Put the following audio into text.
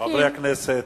חברי הכנסת.